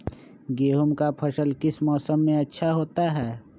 गेंहू का फसल किस मौसम में अच्छा होता है?